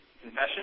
Confession